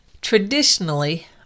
Traditionally